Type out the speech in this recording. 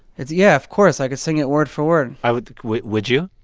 it's yeah, of course. i could sing it word for word and i would would would you?